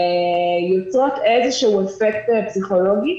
יוצרות איזשהו אפקט פסיכולוגי.